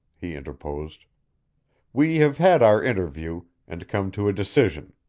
he interposed. we have had our interview, and come to a decision.